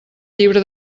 llibre